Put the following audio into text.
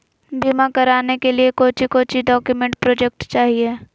बीमा कराने के लिए कोच्चि कोच्चि डॉक्यूमेंट प्रोजेक्ट चाहिए?